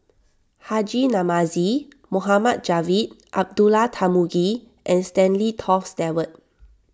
Haji Namazie Mohd Javad Abdullah Tarmugi and Stanley Toft Stewart